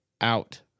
out